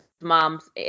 mom's